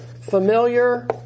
familiar